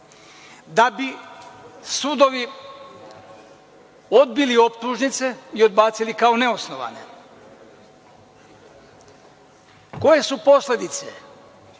da bi sudovi odbili optužnice i odbacili kao neosnovane. Koje su posledice?